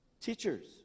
Teachers